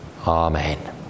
Amen